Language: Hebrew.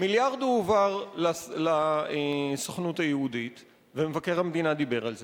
מיליארד הועבר לסוכנות היהודית ומבקר המדינה דיבר על זה,